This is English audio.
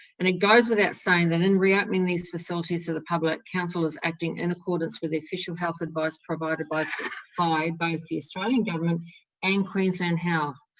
and it goes without saying that, in reopening these facilities to the public, council is acting in accordance with the official health advice provided but by both the australian government and queensland health.